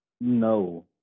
No